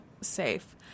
safe